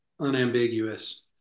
unambiguous